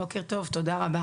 בוקר טוב, תודה רבה